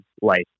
life